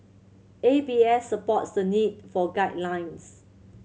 A B S supports the need for guidelines